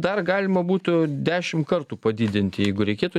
dar galima būtų dešim kartų padidinti jeigu reikėtų